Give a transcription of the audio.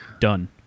done